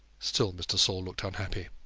still mr. saul looked unhappy.